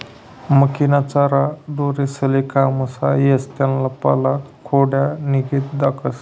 मक्कीना चारा ढोरेस्ले काममा येस त्याना पाला खोंड्यानीगत दखास